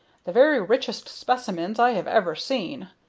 the very richest specimens i have ever seen!